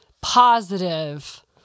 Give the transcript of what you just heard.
positive